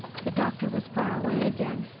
the doctor was far away again.